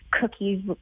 cookies